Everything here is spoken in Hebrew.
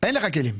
אין לך כלים,